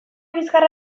bizkarra